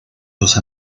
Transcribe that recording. los